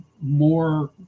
more